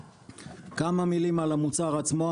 כמה מילים על המוצר עצמו.